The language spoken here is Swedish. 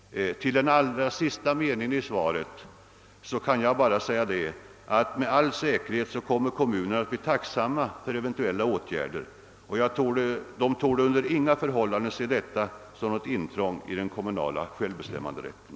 Till den allra sista meningen i svaret kan jag bara knyta reflexionen, att kommunerna med all säkerhet kommer att bli tacksamma för eventuella åtgärder. De torde under inga förhållanden se detta som något intrång i den kommunala självbestämmanderätten.